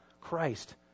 Christ